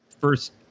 first